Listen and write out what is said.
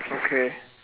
okay